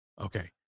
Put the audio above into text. Okay